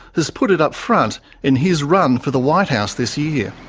has put it up front in his run for the white house this year.